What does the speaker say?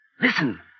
Listen